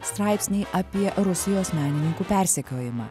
straipsniai apie rusijos menininkų persekiojimą